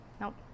nope